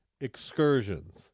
excursions